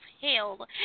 hell